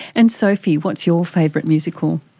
and sophie, what's your favourite musical?